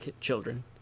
children